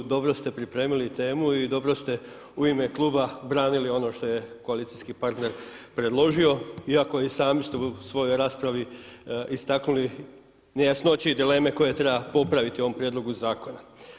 Dobro te pripremili temu i dobro ste u ime kluba branili ono što je koalicijski partner predložio iako i sami ste u svojoj raspravi istaknuli nejasnoće i dileme koje treba popraviti u ovom prijedlogu zakona.